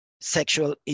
sexual